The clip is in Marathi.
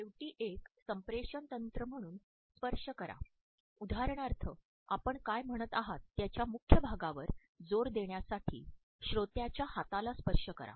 शेवटी एक संप्रेषण तंत्र म्हणून स्पर्श करा उदाहरणार्थ आपण काय म्हणत आहात त्याच्या मुख्य भागावर जोर देण्यासाठी श्रोताच्या हाताला स्पर्श करा